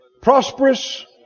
prosperous